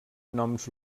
noms